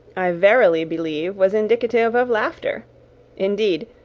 i verily believe was indicative of laughter indeed,